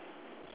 ya